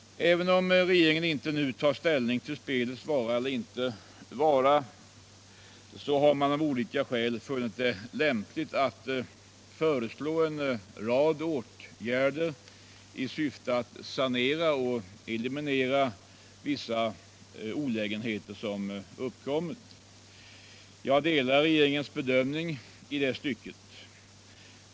Även om regeringen inte nu skall ta ställning till frågan om spelets vara eller icke vara, har regeringen av olika skäl funnit det lämpligt att föreslå en rad åtgärder i syfte att sanera och eliminera vissa olägenheter som uppkommit. Jag delar regeringens bedömning härvidlag.